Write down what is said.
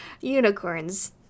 unicorns